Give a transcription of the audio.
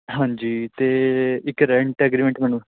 ਹਾਂਜੀ ਅਤੇ ਇੱਕ ਰੈਂਟ ਐਗਰੀਮੈਂਟ ਮੈਨੂੰ